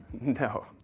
No